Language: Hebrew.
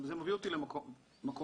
זה מביא אותי למקום אחר,